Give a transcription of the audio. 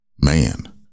man